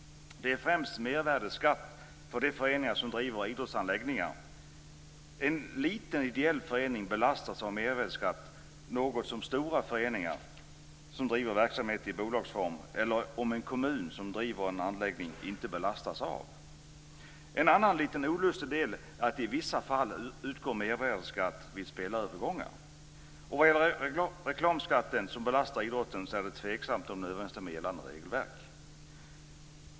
Det handlar främst om mervärdesskatt för de föreningar som driver idrottsanläggningar. En liten ideell förening belastas av mervärdesskatt. Det är något som stora föreningar som driver verksamhet i bolagsform - eller en kommun som driver en anläggning - inte belastas av. En annan lite olustig sak är att det i vissa fall utgår mervärdesskatt vid spelarövergångar. När det gäller den reklamskatt som belastar idrotten är det tveksamt om den överensstämmer med gällande regler.